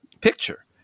picture